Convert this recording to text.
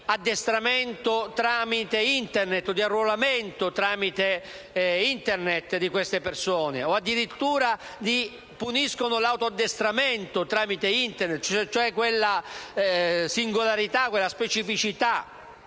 addestramento o di arruolamento tramite Internet di queste persone, o addirittura puniscono l'autoaddestramento tramite Internet cioè quella singolarità e quella specificità